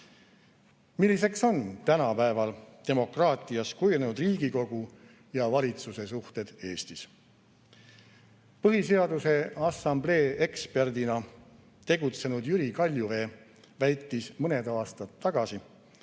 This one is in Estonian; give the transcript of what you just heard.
suhteid. Milliseks on tänapäeval demokraatias kujunenud Riigikogu ja valitsuse suhted Eestis? Põhiseaduse Assamblee eksperdina tegutsenud Jüri Kaljuvee väitis mõned aastad tagasi,